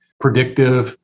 predictive